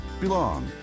belong